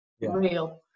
real